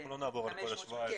אנחנו לא נעבור על כל ה-17.